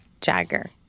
Jagger